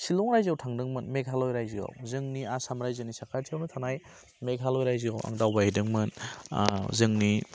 सिलं राज्योआव थांदोंमोन मेघालय राज्योआव जोंनि आसाम राज्योनि साखाथिआवनो थानाय मेघालय राज्योआव आं दावबाय होदोंमोन जोंनि